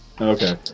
Okay